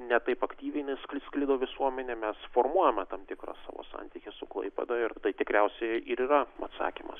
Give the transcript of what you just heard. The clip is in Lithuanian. ne taip aktyviai jin sklido visuomenėje mes formuojama tam tikrą savo santykį su klaipėda ir tai tikriausiai ir yra atsakymas